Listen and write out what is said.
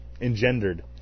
engendered